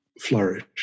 flourish